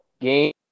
game